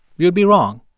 you'd be wrong.